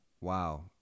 Wow